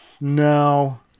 No